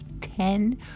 ten